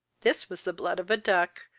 this was the blood of a duck,